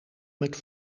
met